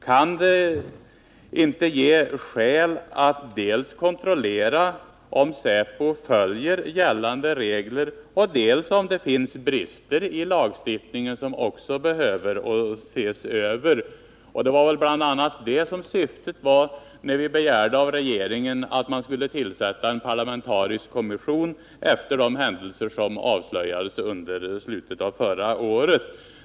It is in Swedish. Kan det inte ge skäl att kontrollera dels om säpo följer gällande regler, dels om det finns brister i lagstiftningen som också behöver ses över? Det var bl.a. detta vi åsyftade, när vi begärde hos regeringen att man skulle tillsätta en parlamentarisk kommission efter de händelser som avslöjades i slutet av förra året.